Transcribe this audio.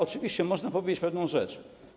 Oczywiście, można powiedzieć pewną rzecz.